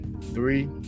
Three